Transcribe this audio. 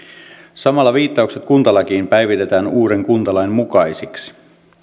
samalla viittaukset kuntalakiin päivitetään uuden kuntalain mukaisiksi